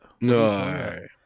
no